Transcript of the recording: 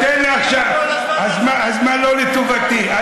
כל הזמן, הזמן לא לטובתי.